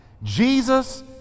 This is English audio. Jesus